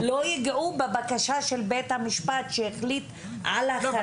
לא יגעו בבקשה של בית המשפט שהחליט על החריג.